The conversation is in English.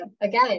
again